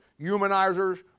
humanizers